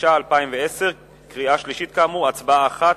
התש"ע 2010. קריאה שלישית, הצבעה אחת,